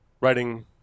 writing